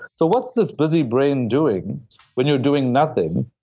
so what's this busy brain doing when you're doing nothing?